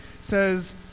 says